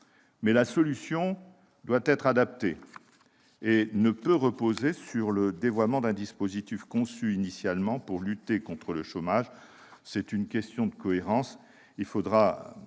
Mais la solution doit être adaptée et ne peut reposer sur le dévoiement d'un dispositif conçu initialement pour lutter contre le chômage. C'est une question de cohérence. Il faudra,